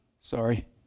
sorry